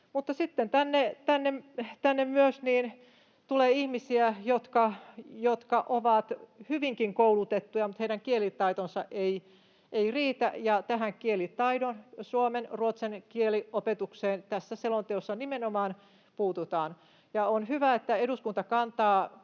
tänne tulee myös ihmisiä, jotka ovat hyvinkin koulutettuja, mutta heidän kielitaitonsa ei riitä, ja tähän kielitaitoon, suomen, ruotsin kieliopetukseen, tässä selonteossa nimenomaan puututaan. On hyvä, että eduskunta kantaa